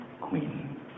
queen